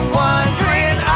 wondering